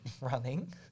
running